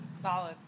Solid